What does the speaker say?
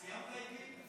סיימת איתי?